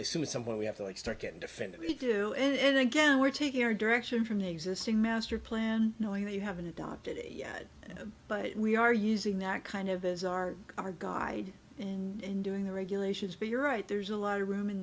as soon as someone we have to like stark and defended we do and again we're taking our direction from the existing master plan knowing that you haven't adopted it yet but we are using that kind of bizarre our guide and doing the regulations but you're right there's a lot of room in